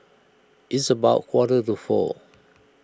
its about quarter to four